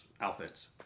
outfits